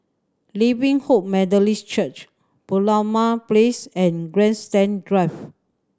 Living Hope Methodist Church Merlimau Place and Grandstand Drive